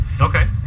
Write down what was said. Okay